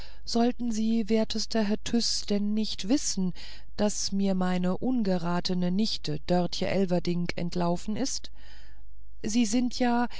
sollten sie wertester herr tyß denn nicht wissen daß mir meine ungeratene nichte dörtje elverdink entlaufen ist sie sind ja